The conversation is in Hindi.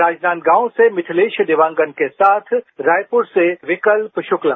राजनांदगांव से मिथिलेश देवांगन के साथ रायपुर से विकल्प शुक्ला